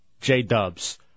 J-Dubs